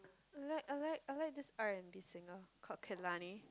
I like I like I like this R-and-B singer called Kehlani